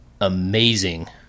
amazing